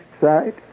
side